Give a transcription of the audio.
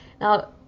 Now